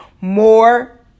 more